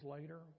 later